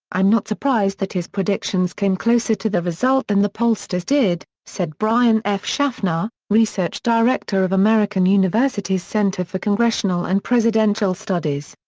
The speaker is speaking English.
i'm not surprised that his predictions came closer to the result than the pollsters did, said brian f. schaffner, research director of american university's center for congressional and presidential studies.